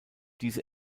diese